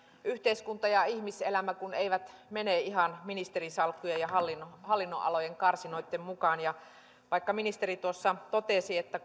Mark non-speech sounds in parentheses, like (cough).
yhteiskunta ja ihmiselämä kun eivät mene ihan ministerisalkkujen ja hallinnonalojen karsinoitten mukaan vaikka ministeri tuossa totesi että (unintelligible)